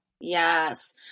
yes